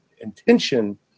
intention